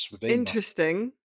Interesting